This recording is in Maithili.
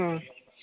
हँ